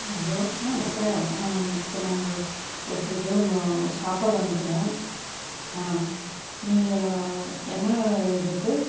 hello hmm sir இப்போ நாங்கள் ஒருத்தருக்கு மு சாப்பாடு அனுப்பணும் ஆ நீங்கள் என்ன இருக்குது